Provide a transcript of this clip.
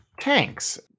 tanks